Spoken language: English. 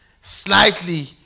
slightly